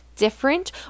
different